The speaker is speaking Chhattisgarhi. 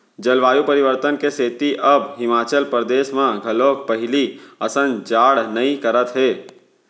जलवायु परिवर्तन के सेती अब हिमाचल परदेस म घलोक पहिली असन जाड़ नइ करत हे